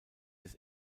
des